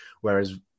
Whereas